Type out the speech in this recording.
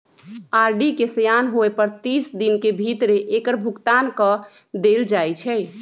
RD के सेयान होय पर तीस दिन के भीतरे एकर भुगतान क देल जाइ छइ